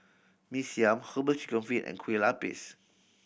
Mee Siam Herbal Chicken Feet and Kueh Lupis